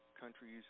countries